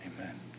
Amen